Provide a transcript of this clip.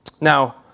Now